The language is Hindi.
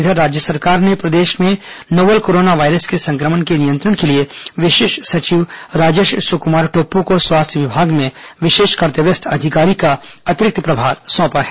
इधर राज्य सरकार ने प्रदेश में नोवल कोरोना वायरस के संक्रमण के नियंत्रण के लिए विशेष सचिव राजेश सुकमार टोप्पो को स्वास्थ्य विभाग में विशेष कर्तव्यस्थ अधिकारी का अतिरिक्त प्रभार सौंपा है